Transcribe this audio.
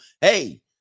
hey